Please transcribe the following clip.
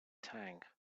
tank